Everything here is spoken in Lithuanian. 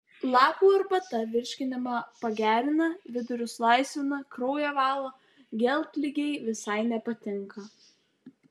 lapų arbata virškinimą pagerina vidurius laisvina kraują valo geltligei visai nepatinka